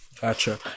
Gotcha